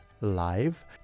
Live